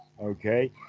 okay